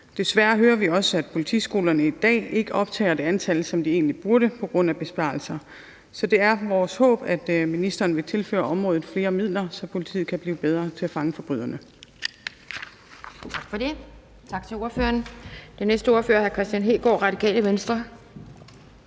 Desværre hører vi også, at politiskolerne i dag ikke optager det antal, som de egentlig burde, på grund af besparelser. Så det er vores håb, at ministeren vil tilføre området flere midler, så politiet kan blive bedre til at fange forbryderne. Kl. 16:10 Anden næstformand (Pia Kjærsgaard): Tak til ordføreren. Den næste ordfører er hr. Kristian Hegaard, Radikale Venstre.